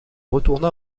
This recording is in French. retourna